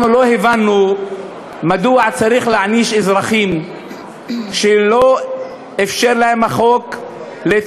אנחנו לא הבנו מדוע צריך להעניש אזרחים שהחוק לא אפשר להם להתחבר